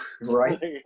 Right